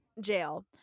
jail